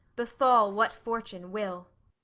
befall what fortune will.